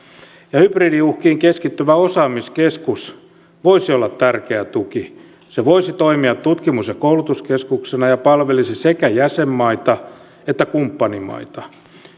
hybridiuhkiin keskittyvä osaamiskeskus voisi olla tärkeä tuki se voisi toimia tutkimus ja koulutuskeskuksena ja palvelisi sekä jäsenmaita että kumppanimaita